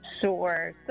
Sure